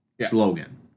slogan